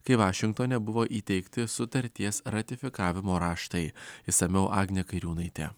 kai vašingtone buvo įteikti sutarties ratifikavimo raštai išsamiau agnė kairiūnaitė